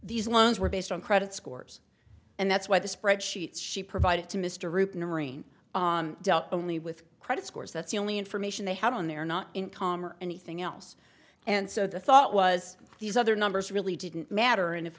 these loans were based on credit scores and that's why the spreadsheets she provided to mr rubin a marine dealt only with credit scores that's the only information they had on their not income or anything else and so the thought was these other numbers really didn't matter and if